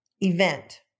event